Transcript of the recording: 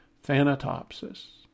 Thanatopsis